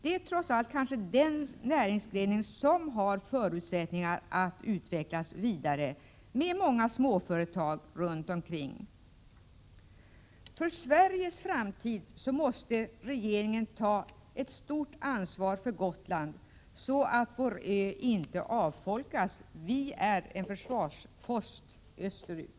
Denna är trots allt den näringsgren som kanske har de största förutsättningarna att vidareutvecklas, med många småföretag runt omkring. För Sveriges framtid måste regeringen ta ett stort ansvar för Gotland, så att vår ö inte avfolkas. Vi är en försvarspost österut.